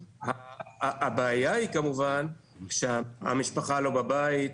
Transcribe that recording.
הבעיה היא כמובן שהמשפחה לא בבית,